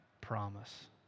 Promise